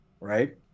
right